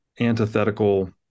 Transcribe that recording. antithetical